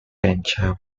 venture